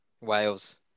Wales